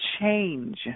change